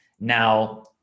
Now